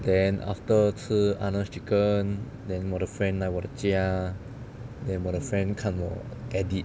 then after 吃 Arnold's chicken then 我的 friend 来我的家 then 我的 friend 看我 edit